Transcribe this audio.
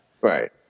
Right